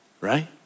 right